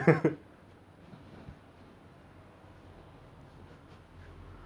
actually you get seasick err வராது:varaathu